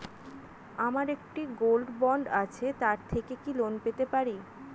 আমার একটি gold bond আছে তার থেকে কি লোন পেতে পারি?